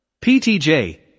PTJ